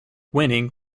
winning